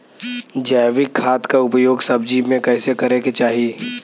जैविक खाद क उपयोग सब्जी में कैसे करे के चाही?